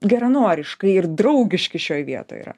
geranoriškai ir draugiški šioj vietoj yra